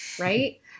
right